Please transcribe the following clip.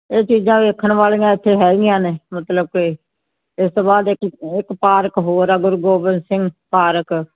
ਇਹ ਚੀਜ਼ਾਂ ਵੇਖਣ ਵਾਲੀਆਂ ਇੱਥੇ ਹੈਗੀਆਂ ਨੇ ਮਤਲਬ ਕੋਈ ਇਸ ਤੋਂ ਬਾਅਦ ਇੱਕ ਅ ਇੱਕ ਪਾਰਕ ਹੋਰ ਆ ਗੁਰੂ ਗੋਬਿੰਦ ਸਿੰਘ ਪਾਰਕ